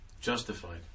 justified